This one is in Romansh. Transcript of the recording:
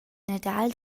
nadal